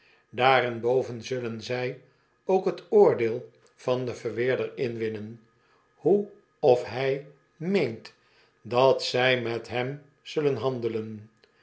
daarenboven zullen zij ook t oordeel van den verweerder inwinnen hoe of hij meent dat zij met hem zullen handelen